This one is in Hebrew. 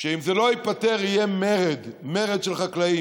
שאם זה לא ייפתר יהיה מרד, מרד של חקלאים.